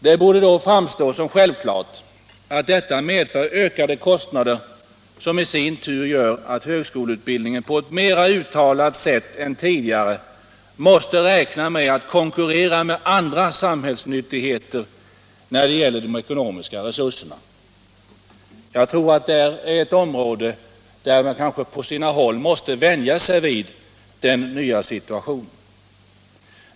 Det borde då framstå som självklart att detta medför ökade kostnader, som i sin tur gör att högskoleutbildning på ett mera uttalat sätt än tidigare måste räkna med att konkurrera med andra samhällsnyttigheter när det gäller de ekonomiska resurserna. Jag tror att det är ett område där man kanske på sina håll måste vänja sig vid detta.